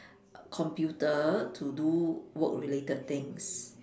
computer to do work related things